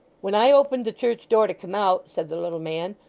when i opened the church-door to come out said the little man,